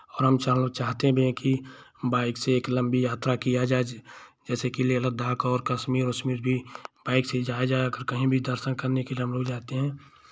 और हम चारों चाहते भी हैं कि बाइक से एक लंबी यात्रा किया जाए जैसे कि लेह लद्दाख और कश्मीर वशमीर भी बाइक से जाए जाए कर कहीं भी दर्शन करने के लिए हमलोग जाते हैं